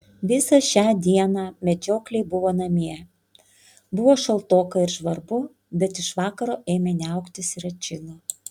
visą šią dieną medžiokliai buvo namie buvo šaltoka ir žvarbu bet iš vakaro ėmė niauktis ir atšilo